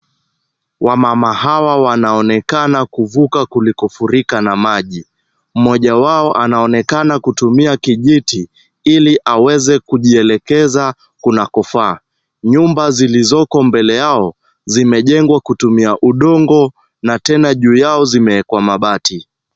Wamama hawa wanaonekana kuvuka kulikofurika na maji. Mmoja wao anaonekana kutumia kijiti ili aweze kujielekeza kunakofaa. Nyumba zilizoko mbele yao, zimejengwa kutumia udongo na tena juu yao zimeekwa mabati.